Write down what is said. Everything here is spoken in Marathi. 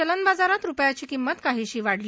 चलनबाजारात रुपयाची किंमत काहीशी वाढली